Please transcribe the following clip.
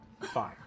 Fine